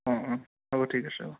অঁ অঁ হ'ব ঠিক আছে হ'ব